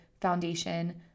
foundation